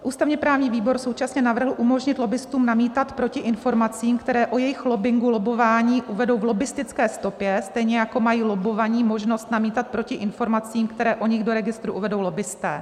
Ústavněprávní výbor současně navrhl umožnit lobbistům namítat proti informacím, které o jejich lobbingu, lobbování uvedou v lobbistické stopě, stejně jako mají lobbovaní možnost namítat proti informacím, které o nich do registru uvedou lobbisté.